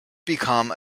become